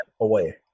away